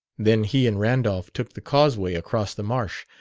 then he and randolph took the causeway across the marsh,